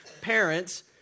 parents